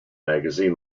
magazine